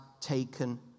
taken